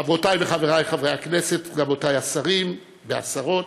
חברותי וחברי חברי הכנסת, רבותי השרים והשרות,